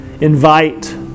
Invite